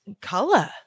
Color